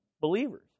believers